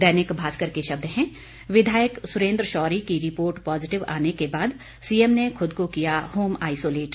दैनिक भास्कर के शब्द हैं विधायक सुरेंद्र शैरी की रिपोर्ट पॉजिटिव आने के बाद सीएम ने खुद को किया होम आईसोलेट